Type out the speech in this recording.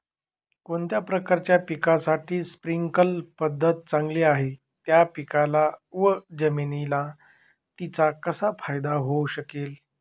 कोणत्या प्रकारच्या पिकासाठी स्प्रिंकल पद्धत चांगली आहे? त्या पिकाला व जमिनीला तिचा कसा फायदा होऊ शकेल?